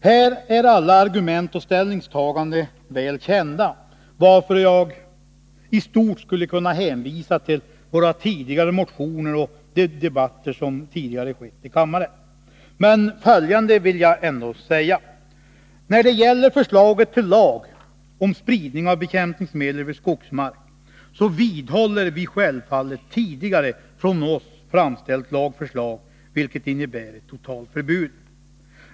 Här är alla argument och ställningstaganden väl kända, varför jag i stort skulle kunna hänvisa till våra tidigare motioner och de debatter som tidigare förts i kammaren. Men följande vill jag ändå säga: När det gäller förslaget till lag om spridning av bekämpningsmedel över skogsmark vidhåller vi självfallet tidigare av oss framlagt lagförslag, vilket innebär ett totalförbud.